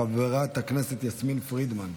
חברת הכנסת יסמין פרידמן.